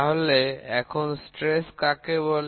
তাহলে এখন পীড়ন কাকে বলে